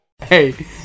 Hey